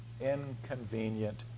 inconvenient